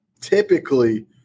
typically